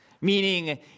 Meaning